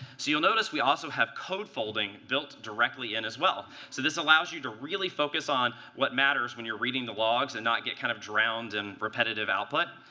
so you'll notice we also have code folding built directly in, as well. so this allows you to really focus on what matters when you're reading the logs, and not get kind of drowned in repetitive output.